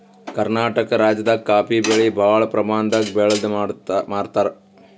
ಕರ್ನಾಟಕ್ ರಾಜ್ಯದಾಗ ಕಾಫೀ ಬೆಳಿ ಭಾಳ್ ಪ್ರಮಾಣದಾಗ್ ಬೆಳ್ದ್ ಮಾರ್ತಾರ್